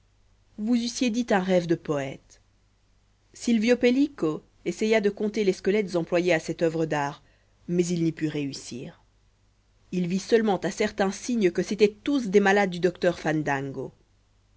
vous eussiez dit un rêve de poète silvio pellico essaya de compter les squelettes employés à cette oeuvre d'art mais il n'y put réussir il vit seulement à certains signes que c'étaient tous des malades du docteur fandango